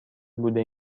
بوده